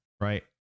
right